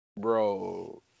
Bro